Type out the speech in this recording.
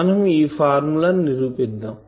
మనం ఈ ఫార్ములా ని నిరూపిద్దాం